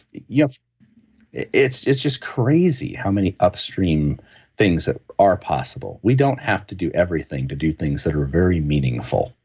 yeah it's it's just crazy how many upstream things that are possible. we don't have to do everything to do things that are very meaningful.